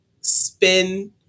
spin